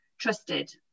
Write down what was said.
trusted